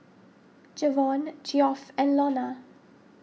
Jevon Geoff and Lonna